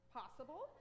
possible